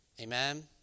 Amen